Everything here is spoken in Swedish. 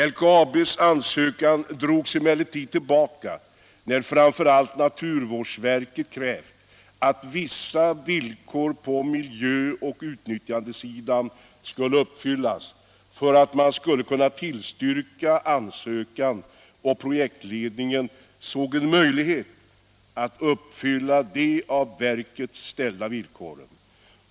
LKAB:s ansökan drogs emellertid tillbaka när framför allt naturvårdsverket krävt att vissa villkor på miljöoch utnyttjandesidan skulle uppfyllas, för att man skulle kunna tillstyrka ansökan, och projektledningen inte såg en möjlighet att uppfylla de av verket ställda villkoren.